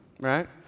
right